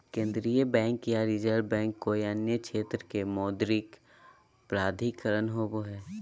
केन्द्रीय बैंक या reserve bank कोय अन्य क्षेत्र के मौद्रिक प्राधिकरण होवो हइ